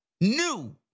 new